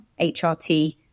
HRT